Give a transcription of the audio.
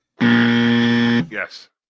Yes